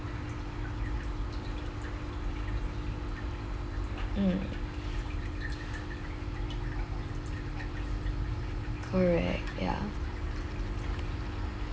mm correct ya